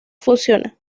funciona